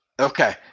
Okay